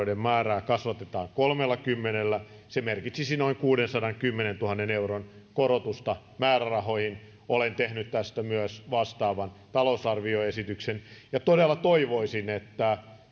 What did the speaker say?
määrää kasvatetaan kolmellakymmenellä se merkitsisi noin kuudensadankymmenentuhannen euron korotusta määrärahoihin olen tehnyt tästä myös vastaavan talousarvioesityksen ja todella toivoisin että